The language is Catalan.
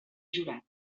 jurat